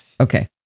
Okay